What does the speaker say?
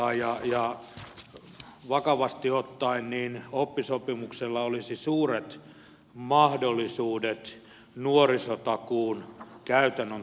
ja vakavasti ottaen oppisopimuksella olisi suuret mahdollisuudet nuorisotakuun käytännön toteuttajana